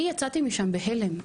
אני יצאתי משם בהלם.